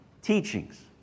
teachings